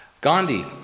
Gandhi